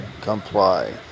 comply